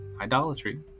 Idolatry